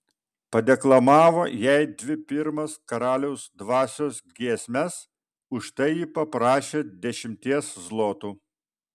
padeklamavo jai dvi pirmas karaliaus dvasios giesmes už tai ji paprašė dešimties zlotų